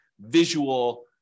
visual